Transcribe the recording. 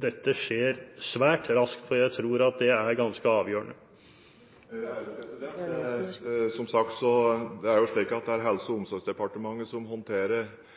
dette skjer svært raskt? Jeg tror at det er ganske avgjørende. Det er Helse- og omsorgsdepartementet som håndterer lov- og regelverket rundt taushetsplikt i forbindelse med den type spørsmål som